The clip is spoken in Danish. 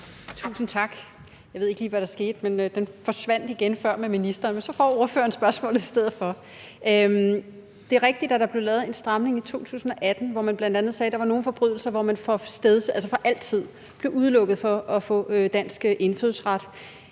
Tusind tak. Jeg ved ikke lige, hvad der skete, men lyden forsvandt før, da ministeren var oppe, men så får ordføreren spørgsmålet i stedet for. Det er rigtigt, at der blev lavet en stramning i 2018, hvor man bl.a. sagde, at der var nogle forbrydelser, som medførte, at man for altid blev udelukket fra at få dansk indfødsret.